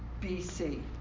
BC